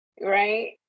right